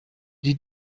die